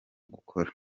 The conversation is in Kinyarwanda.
gukora